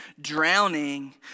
drowning